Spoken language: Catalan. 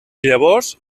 llavors